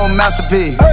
masterpiece